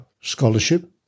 scholarship